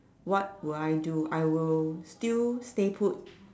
what will I do I will still stay put